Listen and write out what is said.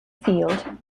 field